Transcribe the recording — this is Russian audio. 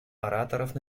ораторов